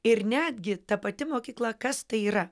ir netgi ta pati mokykla kas tai yra